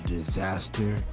Disaster